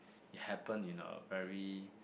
it happen in a very